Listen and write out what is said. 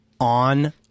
on